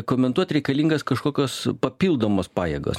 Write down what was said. komentuot reikalingas kažkokios papildomos pajėgos